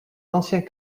anciens